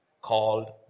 called